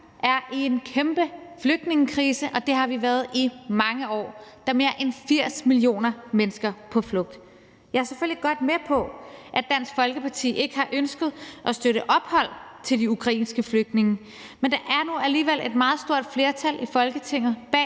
er i en kæmpe flygtningekrise – og det har vi været i mange år. Der er mere end 80 millioner mennesker på flugt. Jeg er selvfølgelig godt med på, at Dansk Folkeparti ikke har ønsket at støtte ophold til de ukrainske flygtninge, men der er nu alligevel et meget stort flertal i Folketinget bag